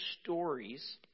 stories